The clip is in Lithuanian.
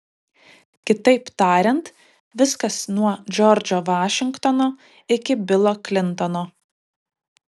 kitaip tariant viskas nuo džordžo vašingtono iki bilo klintono